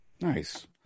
Nice